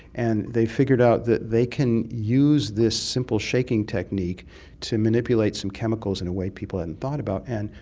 and they figured out that they can use this simple shaking technique to manipulate some chemicals in a way people hadn't and thought about and,